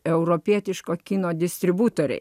europietiško kino distributoriui